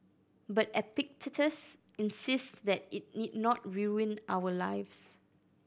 but Epictetus insists that it need not ruin our lives